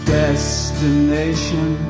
destination